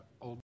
old